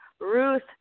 Ruth